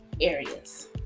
areas